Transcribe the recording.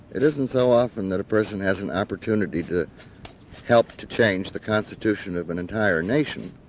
it isn't so often that a person has an opportunity to help to change the constitution of an entire nation.